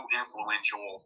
influential